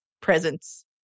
presence